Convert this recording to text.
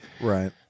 Right